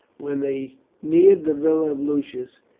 when they neared the villa of lucius,